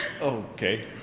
Okay